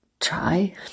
try